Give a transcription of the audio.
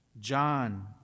John